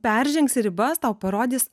peržengsi ribas tau parodys